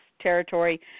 territory